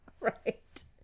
Right